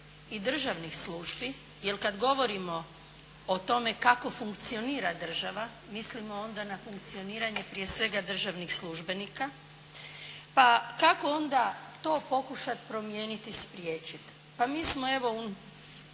i državnih službi jer kad govorimo o tome kako funkcionira država mislimo onda na funkcioniranje prije svega državnih službenika pa kako onda to pokušati promijeniti i spriječiti? Pa mi smo evo